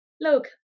look